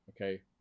Okay